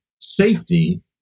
safety